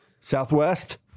Southwest